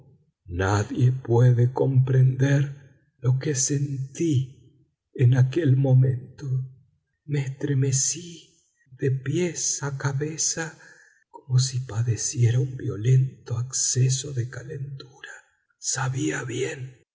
nadie puede comprender lo que sentí en aquel momento me estremecí de pies a cabeza como si padeciera un violento acceso de calentura sabía bien